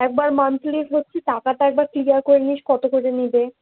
একবার মান্থলির হচ্ছে টাকাটা একবার ক্লিয়ার করে নিস কত করে নেবে